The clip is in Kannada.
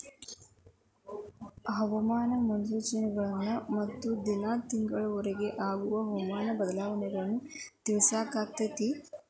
ಹವಾಮಾನ ಮುನ್ಸೂಚನೆಗಳು ಹತ್ತು ದಿನಾ ತಿಂಗಳ ವರಿಗೆ ಆಗುವ ಹವಾಮಾನ ಬದಲಾವಣೆಯನ್ನಾ ತಿಳ್ಸಿತೈತಿ